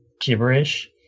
gibberish